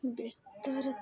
ବିସ୍ତାର